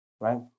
right